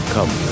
Come